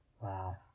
Wow